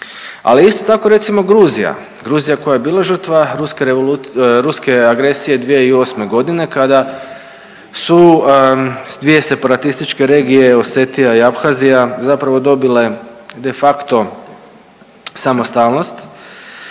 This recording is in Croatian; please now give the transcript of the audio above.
Ali isto tako recimo Gruzija, Gruzija koja je bila žrtva ruske agresije 2008. godine kada su dvije separatističke regije Osetija i Abhazija zapravo dobile de facto samostalnost.